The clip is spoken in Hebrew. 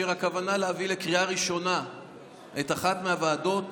והכוונה היא להביא לקריאה ראשונה את אחת הוועדות